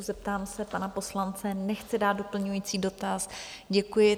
Zeptám se pana poslance nechce dát doplňující dotaz, děkuji.